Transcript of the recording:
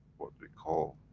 what we call